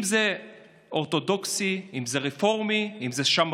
אם זה אורתודוקסי, אם זה רפורמי, אם זה שמרני.